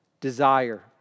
desire